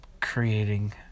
creating